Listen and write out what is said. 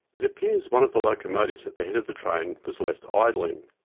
it appears one of the locomotives at the head of the train was left idling,